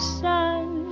sun